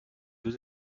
deux